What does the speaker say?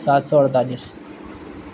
سات سو اڑتالیس